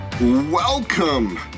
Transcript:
Welcome